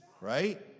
right